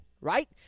right